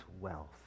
wealth